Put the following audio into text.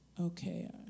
Okay